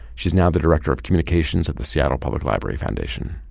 she's now the director of communications at the seattle public library foundation